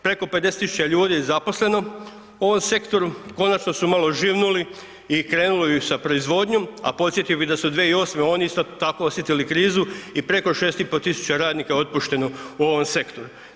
Preko 50.000 ljudi je zaposleno u ovom sektoru, konačno su malo živnuli i krenuli sa proizvodnjom, a podsjetio bi da su 2008. oni isto tako osjetili krizu i preko 6.500 radnika je otpušteno u ovom sektoru.